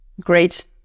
great